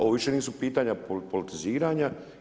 Ovo više nisu pitanja politiziranja.